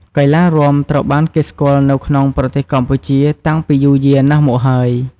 កីឡារាំត្រូវបានគេស្គាល់នៅក្នុងប្រទេសកម្ពុជាតាំងពីយូរយារណាស់មកហើយ។